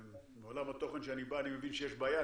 מעולם התוכן שאני בא אני מבין שיש בעיה,